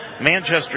manchester